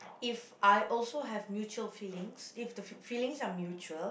if I also have mutual feelings if the fee~ feelings are mutual